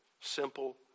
simple